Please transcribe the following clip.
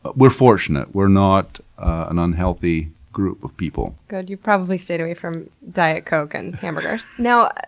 but we're fortunate, we're not an unhealthy group of people. good. you probably stayed away from diet coke and hamburgers! now,